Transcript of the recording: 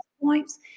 points